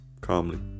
calmly